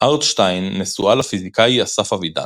ארטשטיין נשואה לפיזיקאי אסף אבידן.